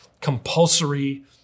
compulsory